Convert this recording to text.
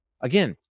Again